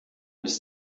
ist